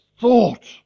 thought